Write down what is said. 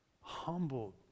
Humbled